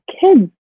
kids